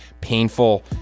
painful